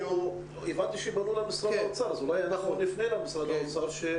הבנתי שפנו למשרד האוצר אז אולי אנחנו נפנה למשרד האוצר.